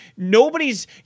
Nobody's